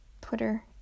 Twitter